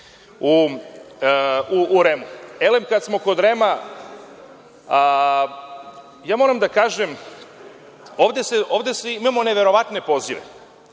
u REM-u. Elem, kad smo kod REM-a, ja moram da kažem, ovde imamo neverovatne pozive.